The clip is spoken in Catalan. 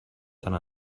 tant